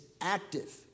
active